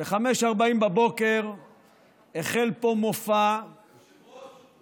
ב-05:40 החל פה מופע, היושב-ראש,